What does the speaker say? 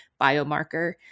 biomarker